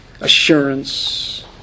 assurance